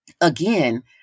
Again